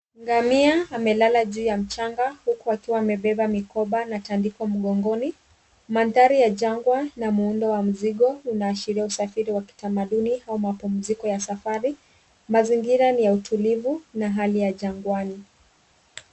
Ngamia amelala juu ya mchanga huku akiwa amebeba mikoba na tandiko mgongoni. Mandhari ya jangwa na muundo wa mzigo unaashiria usafiri wa kitamaduni au mapumziko ya safari. Mazingira ni ya utulivu na hali ya jangwani.